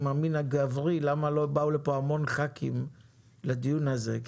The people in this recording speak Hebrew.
המין הגברי למה לא באו המון ח"כים לדיון הזה.